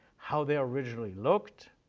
how they originally looked,